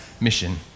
mission